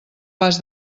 pas